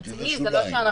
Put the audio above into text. הבנתי,